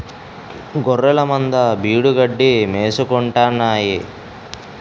గొఱ్ఱెలమంద బీడుగడ్డి మేసుకుంటాన్నాయి